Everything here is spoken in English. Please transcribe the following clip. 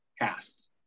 cast